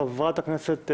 חברת הכנסת,